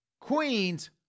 Queens